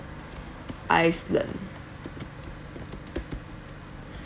iceland